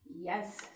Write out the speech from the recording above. Yes